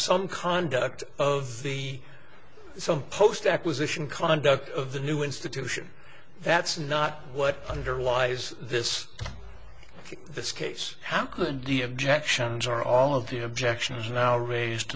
some conduct of the some post acquisition conduct of the new institution that's not what underlies this this case how good the objections are all of the objections now raised